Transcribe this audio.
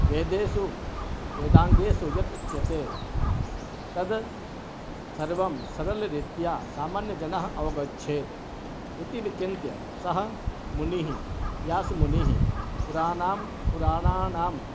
वेदेषु वेदाङ्गेषु यत् उच्यते तद् सर्वं सरलरित्या सामान्यजनः अवगच्छेत् इति विचिन्त्य सः मुनिः व्यासमुनिः पुरानां पुराणानाम्